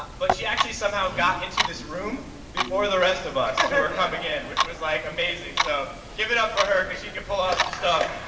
but she actually somehow got into this room before the rest of us who were coming in which was like amazing, so give it up for her because she can pull off some stuff